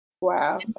Wow